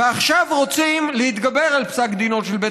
ועכשיו רוצים להתגבר על פסק דינו של בית